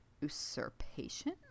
usurpation